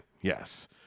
Yes